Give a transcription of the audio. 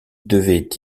devait